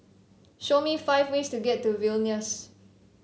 show me five ways to get to Vilnius